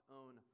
own